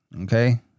okay